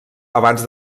abans